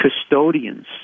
custodians